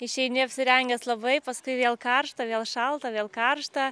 išeini apsirengęs labai paskui vėl karšta vėl šalta vėl karšta